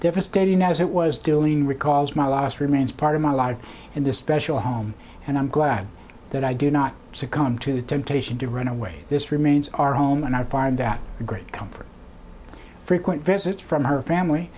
devastating as it was doing recalls my last remains part of my life in this special home and i'm glad that i do not succumb to temptation to run away this remains our home on our farm that great comfort frequent visits from her family